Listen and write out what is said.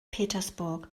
petersburg